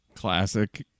Classic